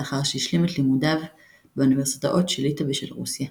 לאחר שהשלים את לימודיו באוניברסיטאות של ליטא ושל רוסיה.